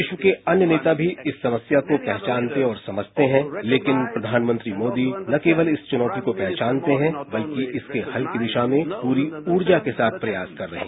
विश्व के अन्य नेता भी इस समस्या को पहचानते और समझते हैं लेकिन प्रधानमंत्री मोदी न केवल इस चुनौती को पहचानते हैं बल्कि इसके हल की दिशा में पूरी ऊर्जा के साथ प्रयास कर रहे हैं